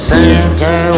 Santa